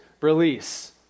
release